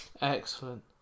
Excellent